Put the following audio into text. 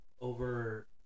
over